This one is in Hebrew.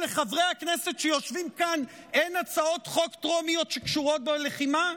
לחברי הכנסת שיושבים כאן אין הצעות חוק טרומיות שקשורות בלחימה?